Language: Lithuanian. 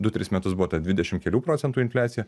du tris metus buvo ta dvidešim kelių procentų infliacija